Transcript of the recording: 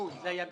זה היה בינוי.